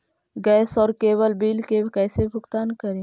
Gas और cable bill के कैसे भुगतान करी?